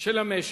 של המשק,